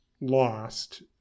lost